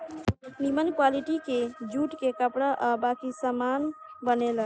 निमन क्वालिटी के जूट से कपड़ा आ बाकी सामान बनेला